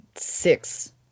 six